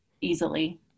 easily